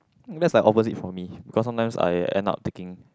that's like opposite for me because sometimes I end up taking